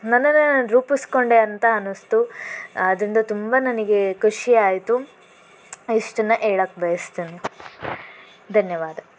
ನನ್ನನ್ನೇ ನಾನು ರೂಪಿಸ್ಕೊಂಡೆ ಅಂತ ಅನ್ನಿಸ್ತು ಆದ್ದರಿಂದ ತುಂಬ ನನಗೆ ಖುಷಿಯಾಯಿತು ಇಷ್ಟನ್ನ ಹೇಳೋಕ್ಕೆ ಬಯಸ್ತೀನಿ ಧನ್ಯವಾದ